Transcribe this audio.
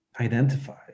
identify